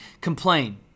complain